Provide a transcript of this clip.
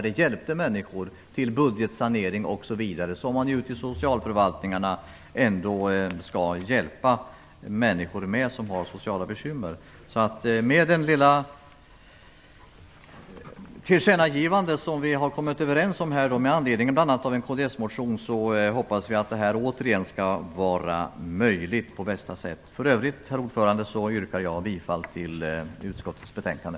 Det hjälpte människor till budgetsanering osv., vilket man ute i socialförvaltningarna ändå skall hjälpa människor som har sociala bekymmer med. Med det lilla tillkännagivande som vi har kommit överens om med anledning bl.a. av en kds-motion hoppas vi att detta återigen skall vara möjligt. Herr talman! I övrigt yrkar jag bifall till hemställan i utskottets betänkande.